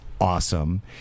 awesome